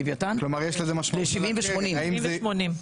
מלווייתן כנראה, ל-70 ו-80.